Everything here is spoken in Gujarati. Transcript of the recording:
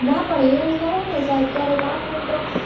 ના પણ એવું ન હોય ને સાહેબ ક્યારેક આ ફોન તો